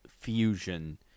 fusion